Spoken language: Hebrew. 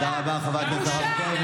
תודה רבה, חברת הכנסת מירב כהן.